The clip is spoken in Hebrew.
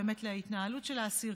ייצרנו אותה ביחס לבני נוער,